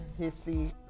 hissy